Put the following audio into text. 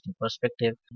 perspective